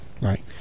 right